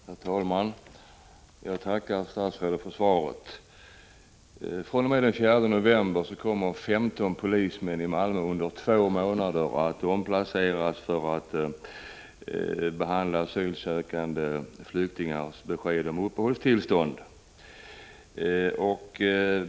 Herr talman! Jag tackar statsrådet för svaret. fr.o.m. den 4 november 1985 kommer 15 polismän i Malmö under två månader att omplaceras för att man skall kunna förkorta väntetiderna för asylsökande flyktingar när det gäller besked om uppehållstillstånd.